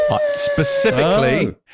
Specifically